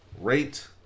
Rate